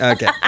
Okay